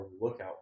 lookout